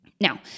Now